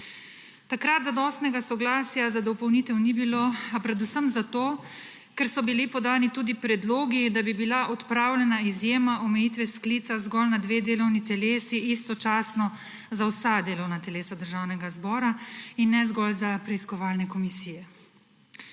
Takrat zadostnega soglasja za dopolnitev ni bilo, a predvsem zato, ker so bili podani tudi predlogi, da bi bila odpravljena izjema omejitve sklica zgolj na dve delovni telesi istočasno za vsa delovna telesa Državnega zbora in ne zgolj za preiskovalne komisije.